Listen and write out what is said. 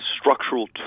structural